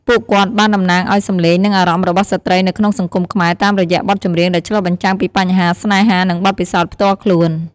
ពួកគាត់បានតំណាងឱ្យសំឡេង និងអារម្មណ៍របស់ស្ត្រីនៅក្នុងសង្គមខ្មែរ តាមរយៈបទចម្រៀងដែលឆ្លុះបញ្ចាំងពីបញ្ហា ស្នេហា និងបទពិសោធន៍ផ្ទាល់ខ្លួន។